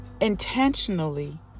intentionally